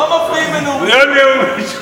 לא מפריעים בנאום ראשון.